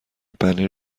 پنیر